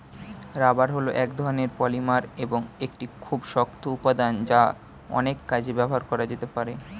rubber হল এক ধরণের পলিমার এবং একটি খুব শক্ত উপাদান যা অনেক কাজে ব্যবহার করা যেতে পারে